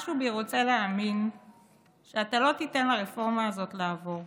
משהו בי רוצה להאמין שאתה לא תיתן לרפורמה הזאת לעבור.